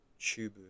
Chubu